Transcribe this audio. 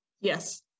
Yes